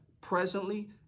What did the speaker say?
presently